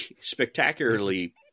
spectacularly